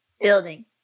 building